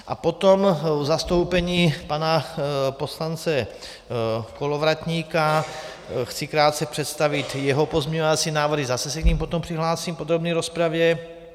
A potom v zastoupení pana poslance Kolovratníka chci krátce představit jeho pozměňovací návrhy, zase se k nim potom přihlásím v podrobné rozpravě.